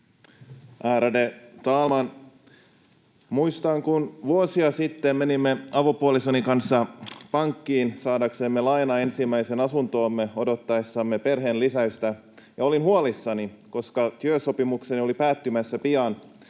Ärade talman! Muistan, kun vuosia sitten menimme avopuolisoni kanssa pankkiin saadaksemme lainaa ensimmäiseen asuntoomme odottaessamme perheenlisäystä. Olin huolissani, koska työsopimukseni oli päättymässä pian.